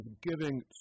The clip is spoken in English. giving